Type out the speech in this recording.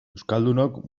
euskaldunok